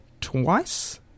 twice